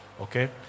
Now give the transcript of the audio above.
okay